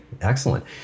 Excellent